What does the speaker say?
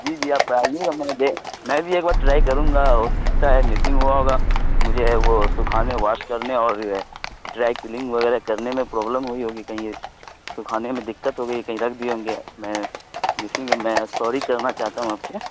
جی جی آپ آئیے گا میں میں بھی ایک بار ٹرائی کروں گا ہو سکتا ہے مسنگ ہوا ہوگا مجھے وہ سکھانے واش کرنے اور ڈرائی کلنگ وغیرہ کرنے میں پرابلم ہوئی ہوگی کہیں سکھانے میں دقت ہو گئی ہے کہیں رکھ دیے ہوں گے میں مسنگ میں سوری کرنا چاہتا ہوں آپ سے